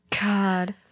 God